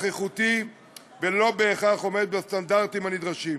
איכותי ולא בהכרח עומד בסטנדרטים הנדרשים.